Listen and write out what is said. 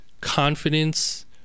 confidence